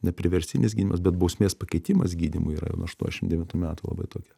ne priverstinis gydymas bet bausmės pakeitimas gydymu yra jau nuo aštuoniasdešimt devintų metų labai tokia